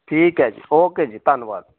ਠੀਕ ਹੈ ਜੀ ਓਕੇ ਜੀ ਧੰਨਵਾਦ